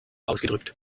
ausgedrückt